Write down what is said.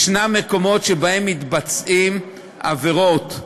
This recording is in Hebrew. יש מקומות שבהם מתבצעות עבירות,